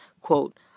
quote